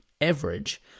average